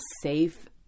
safe